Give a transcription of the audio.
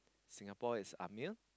Singapore is a male